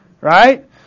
right